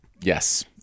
yes